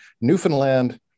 Newfoundland